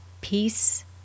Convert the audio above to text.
peace